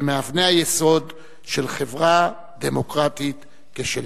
שהם מאבני היסוד של חברה דמוקרטית כשלנו.